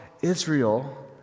Israel